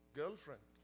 girlfriend